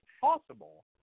possible